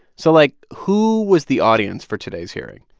so like, who was the audience for today's hearing?